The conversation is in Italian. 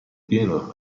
pieno